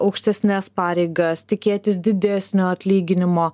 aukštesnes pareigas tikėtis didesnio atlyginimo